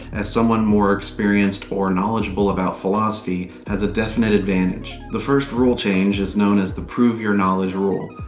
as someone more experienced or knowledgeable about philosophy has a definite advantage. the first rule change is known as the prove your knowledge rule.